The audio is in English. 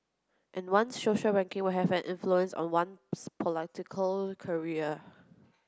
and one's social ranking will have an influence on one's political career